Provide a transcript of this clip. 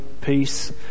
peace